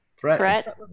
Threat